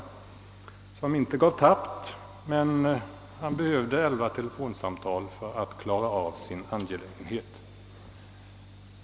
Han gav som sagt inte tappt, men behövde elva telefonsamtal för att få besked.